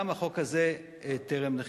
גם החוק הזה טרם נחקק.